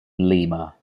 lima